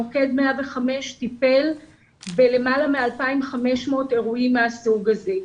מוקד 105 טיפל בלמעלה מ-2,500 אירועים מהסוג הזה.